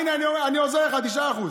הינה, אני עוזר לך, 9%,